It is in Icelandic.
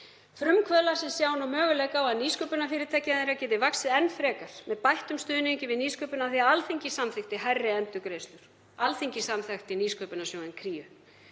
Frumkvöðla sem allt í einu sjá möguleika á að nýsköpunarfyrirtækin þeirra geti vaxið enn frekar með bættum stuðningi við nýsköpun því að Alþingi samþykkti hærri endurgreiðslur og Alþingi samþykkti nýsköpunarsjóðinn Kríu.